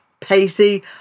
pacey